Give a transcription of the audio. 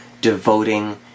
devoting